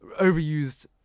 overused